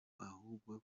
ahubwo